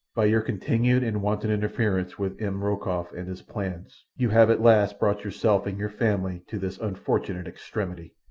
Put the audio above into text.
by your continued and wanton interference with m. rokoff and his plans you have at last brought yourself and your family to this unfortunate extremity.